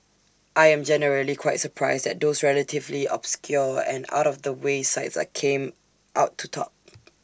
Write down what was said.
I am generally quite surprised that those relatively obscure and out of the way sites came out to top